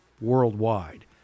worldwide